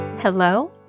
Hello